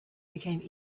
became